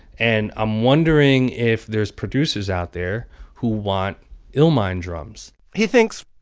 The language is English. and i'm wondering if there's producers out there who want illmind drums he thinks,